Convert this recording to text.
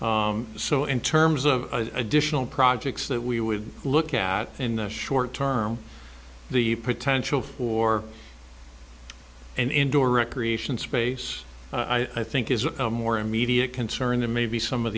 so in terms of additional projects that we would look at in the short term the potential for and indoor recreation space i think is a more immediate concern than maybe some of